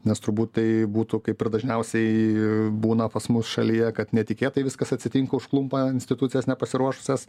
nes turbūt tai būtų kaip ir dažniausiai būna pas mus šalyje kad netikėtai viskas atsitinka užklumpa institucijas nepasiruošusias